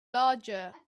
larger